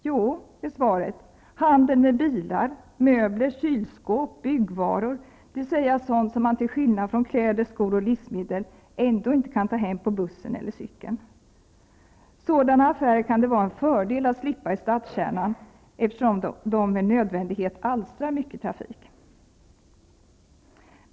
Jo, handeln med bilar, möbler, kylskåp, byggvaror, dvs. sådant som man till skillnad från t.ex. kläder, skor och livsmedel ändå inte kan ta hem på bussen eller cykeln. Det kan vara en fördel att slippa ha sådana affärer i stadskärnan, eftersom de med nödvändighet orsakar mycket trafik.